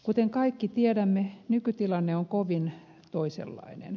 kuten kaikki tiedämme nykytilanne on kovin toisenlainen